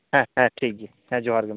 ᱦᱮᱸ ᱦᱮᱸ ᱴᱷᱤᱠ ᱜᱮᱭᱟ ᱦᱮᱸ ᱡᱚᱦᱟᱨ ᱜᱮ